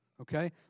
Okay